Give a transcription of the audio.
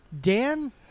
Dan